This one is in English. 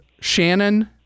Shannon